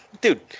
Dude